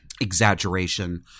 exaggeration